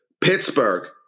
Pittsburgh